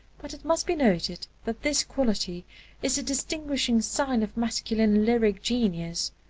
but it must be noted that this quality is a distinguishing sign of masculine lyric genius,